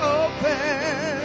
open